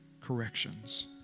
corrections